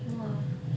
!wah!